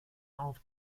auf